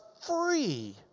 free